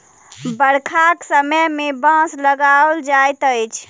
बरखाक समय मे बाँस लगाओल जाइत अछि